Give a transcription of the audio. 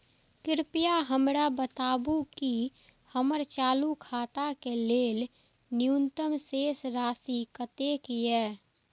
कृपया हमरा बताबू कि हमर चालू खाता के लेल न्यूनतम शेष राशि कतेक या